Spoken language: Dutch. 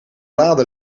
lade